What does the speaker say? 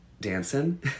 dancing